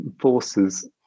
forces